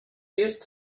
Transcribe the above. used